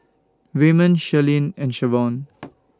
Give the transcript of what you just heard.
Raymon Shirlene and Shavonne